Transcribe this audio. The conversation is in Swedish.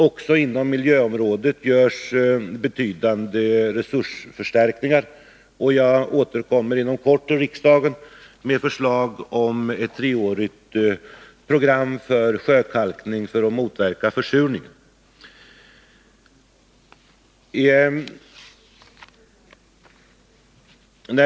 Också inom miljöområdet görs betydande resursförstärkningar, och jag återkommer inom kort till riksdagen med ett förslag om ett treårigt program för sjökalkning för att motverka försurningen.